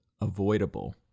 avoidable